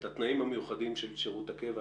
את התנאים המיוחדים של שירות קבע,